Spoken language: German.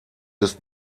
des